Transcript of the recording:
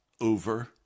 over